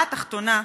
בשורה התחתונה,